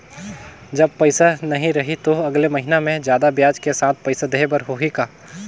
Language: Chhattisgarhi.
जब पइसा नहीं रही तो अगले महीना मे जादा ब्याज के साथ पइसा देहे बर होहि का?